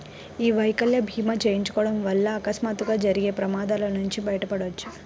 యీ వైకల్య భీమా చేయించుకోడం వల్ల అకస్మాత్తుగా జరిగే ప్రమాదాల నుంచి బయటపడొచ్చు